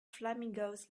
flamingos